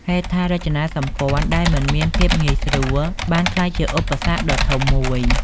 ហេដ្ឋារចនាសម្ព័ន្ធដែលមិនមានភាពងាយស្រួលបានក្លាយជាឧបសគ្គដ៏ធំមួយ។